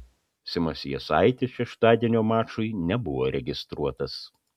simas jasaitis šeštadienio mačui nebuvo registruotas